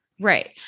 Right